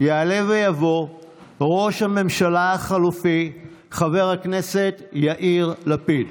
יעלה ויבוא ראש הממשלה החלופי חבר הכנסת יאיר לפיד.